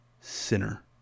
sinner